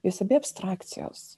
jos abi abstrakcijos